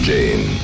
Jane